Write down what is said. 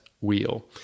wheel